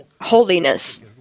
holiness